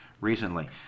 recently